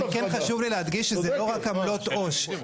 אני כן חשוב לי להדגיש שזה לא רק עמלות עו"ש.